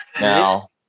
Now